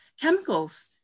chemicals